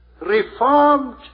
reformed